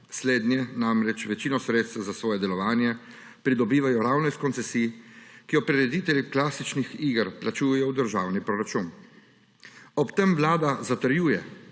slednje namreč večino sredstev za svoje delovanje pridobivajo ravno iz koncesije, ki jo prireditelji klasičnih iger plačujejo v državni proračun. Ob tem Vlada zatrjuje,